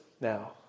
now